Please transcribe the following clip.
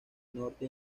norte